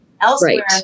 Elsewhere